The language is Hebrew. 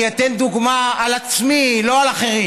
אני אתן דוגמה על עצמי, לא על אחרים: